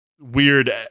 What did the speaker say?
Weird